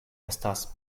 estas